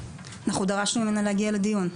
אנחנו דרשנו ממנה להגיע לדיון.